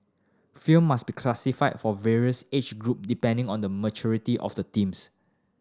film must be classified for various age group depending on the maturity of the themes